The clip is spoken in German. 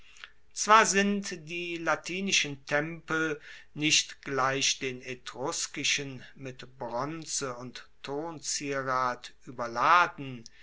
zwar sind die latinischen tempel nicht gleich den etruskischen mit bronze und tonzierat ueberladen